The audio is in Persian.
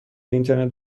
اینترنت